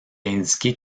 indiqué